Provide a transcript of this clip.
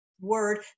word